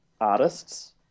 artists